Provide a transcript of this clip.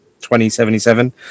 2077